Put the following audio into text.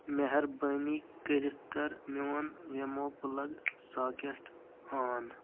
مہربٲنی کٔرِتھ کر میون ویمو پلگ ساکیٹ آن